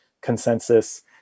consensus